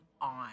on